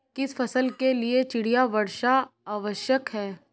किस फसल के लिए चिड़िया वर्षा आवश्यक है?